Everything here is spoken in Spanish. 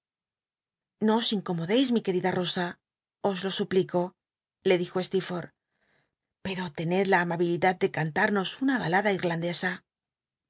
os incomodeis mi querida rosa os lo suplico le dijo steerforth pero tened la amabilidad de cantarnos una balada irlandesa